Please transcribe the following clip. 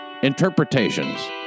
Interpretations